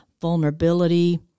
vulnerability